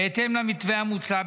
בהתאם למתווה המוצע,